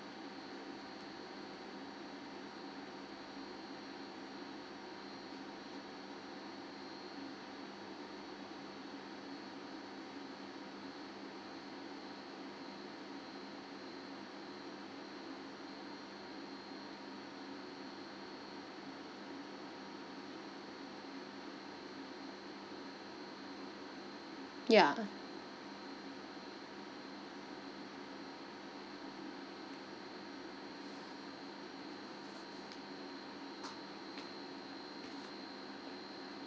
ya